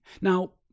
now